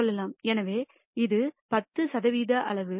எனவே அது 10 சதவீத அளவு